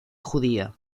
judía